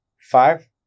Five